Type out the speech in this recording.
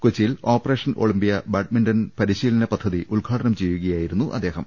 കൊച്ചി യിൽ operation Olympia badminton പരിശീലന പദ്ധതി ഉദ്ഘാടനം ചെയ്യുകയായിരുന്നു അദ്ദേഹം